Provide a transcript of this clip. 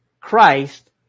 Christ